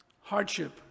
Hardship